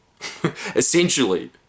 essentially